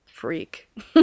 Freak